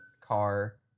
car